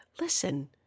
listen